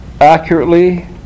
accurately